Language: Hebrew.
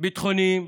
ביטחוניים,